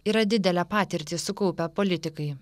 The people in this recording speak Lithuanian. yra didelę patirtį sukaupę politikai